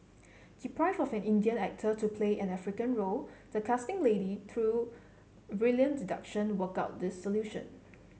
deprived of an Indian actor to play an African role the casting lady through brilliant deduction worked out this solution